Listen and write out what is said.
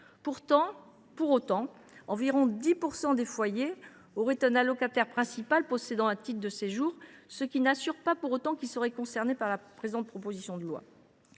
Pour autant, environ 10 % des foyers auraient un allocataire principal possédant un titre de séjour, ce qui n’implique pas qu’il soit concerné par la présente proposition de loi.